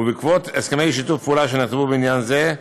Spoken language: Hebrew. ובעקבות הסכמי שיתוף פעולה שנחתמו בעניין זה,